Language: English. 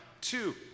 Two